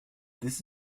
this